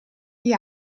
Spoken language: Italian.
gli